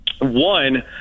one